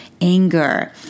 anger